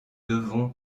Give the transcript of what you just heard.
devons